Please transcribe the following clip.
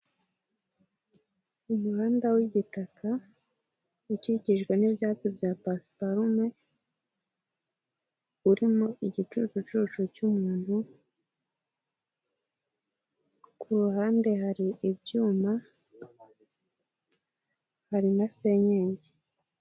Umuhanda w'igitaka ukikijwe n'ibyatsi bya pasiparume, urimo igicucucucu cy'umuntu ku ruhande hari ibyuma hari na senyenge.